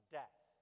death